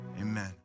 Amen